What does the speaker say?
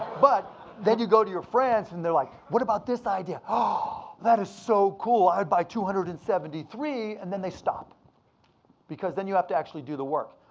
but then you go to your friends and they're like, what about this idea? ah that is so cool. i'd buy two hundred and seventy three. and then they stop because then you have to actually do the work.